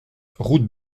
route